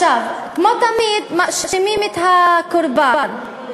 כמו תמיד מאשימים את הקורבן.